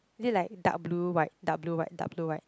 is it like dark blue white dark blue white